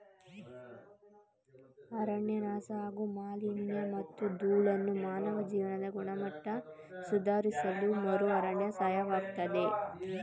ಅರಣ್ಯನಾಶ ಹಾಗೂ ಮಾಲಿನ್ಯಮತ್ತು ಧೂಳನ್ನು ಮಾನವ ಜೀವನದ ಗುಣಮಟ್ಟ ಸುಧಾರಿಸಲುಮರುಅರಣ್ಯ ಸಹಾಯಕವಾಗ್ತದೆ